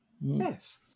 yes